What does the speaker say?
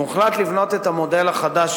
הוחלט לבנות את המודל החדש,